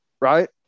right